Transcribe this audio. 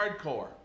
hardcore